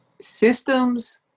systems